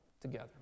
together